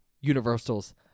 Universal's